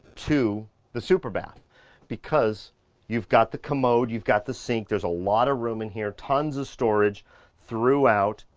to the super bath because you've got the commode, you've got the sink. there's a lot of room in here, tons of storage throughout,